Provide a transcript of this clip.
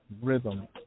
rhythm